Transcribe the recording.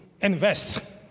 invest